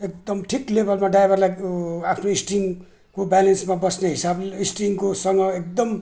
एकदम ठिक लेवलमा ड्राइभरलाई ऊ आफ्नो स्टियरिङको ब्यालेन्समा बस्ने हिसाबले स्टियरिङकोसँग एकदम